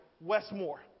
Westmore